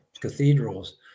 cathedrals